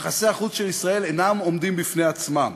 יחסי החוץ של ישראל אינם עומדים בפני עצמם,